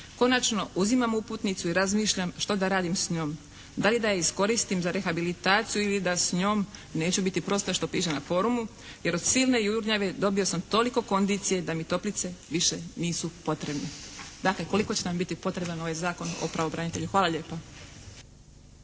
Konačno, uzimam uputnicu i razmišljam što da radim s njom. Da li da je iskoristim za rehabilitaciju ili da s njom neću biti prosta što piše na forumu? Jer od silne jurnjave dobio sam toliko kondicije da mi toplice više nisu potrebne. Dakle, koliko će nam biti potreban ovaj Zakon o pravobranitelju? Hvala lijepa.